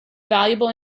valuable